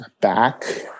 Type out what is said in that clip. back